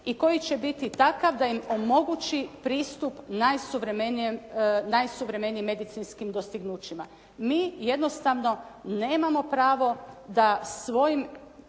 i koji će biti takav da im omogući pristup najsuvremenijim medicinskim dostignućima. Mi jednostavno nemamo pravo da svojim